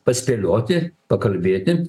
paspėlioti pakalbėti